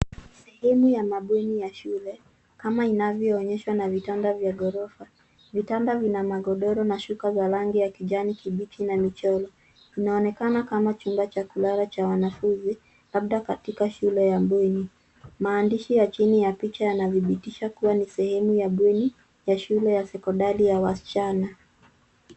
Sehemu ya mabweni ya shule kama inavyo onyeshwa na vitanda vya ghorofa, vitanda vina magodoro na shuka za rangi ya kijani kibichi na michoro. Inaonekana kama chumba cha kulala cha wanafunzi labda katika shule ya bweni. Maandishi ya chini kwa picha yanadhibitisha kuwa ni sehemu ya bweni ya shule ya sekondari ya wasichana.